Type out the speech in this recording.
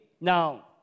Now